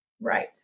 right